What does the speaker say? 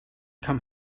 come